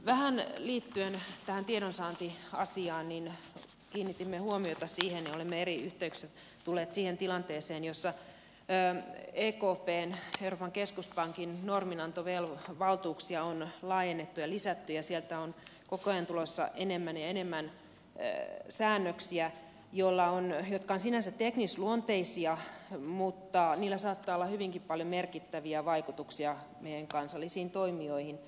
vähän liittyen tähän tiedonsaantiasiaan kiinnitimme huomiota ja olemme eri yhteyksissä tulleet siihen tilanteeseen jossa ekpn euroopan keskuspankin norminantovaltuuksia on laajennettu ja lisätty ja sieltä on koko ajan tulossa enemmän ja enemmän säännöksiä jotka ovat sinänsä teknisluonteisia mutta niillä saattaa olla hyvinkin paljon merkittäviä vaikutuksia meidän kansallisiin toimijoihin